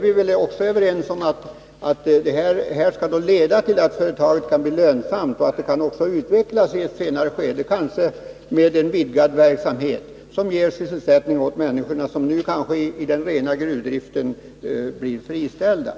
Vi är väl överens om att insatsen skall leda till att företaget kan bli lönsamt och också utvecklas i ett senare skede, kanske med en vidgad verksamhet som ger sysselsättning åt människor som blir friställda i den rena gruvdriften.